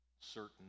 certain